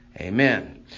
amen